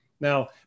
Now